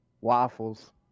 Waffles